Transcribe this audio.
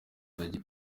perezida